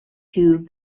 tube